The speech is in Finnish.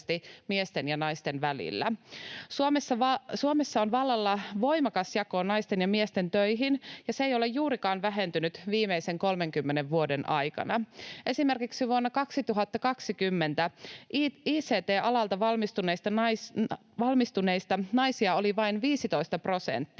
Suomessa on vallalla voimakas jako naisten ja miesten töihin, ja se ei ole juurikaan vähentynyt viimeisen 30 vuoden aikana. Esimerkiksi vuonna 2020 ict-alalta valmistuneista naisia oli vain 15 prosenttia.